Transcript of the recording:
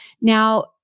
Now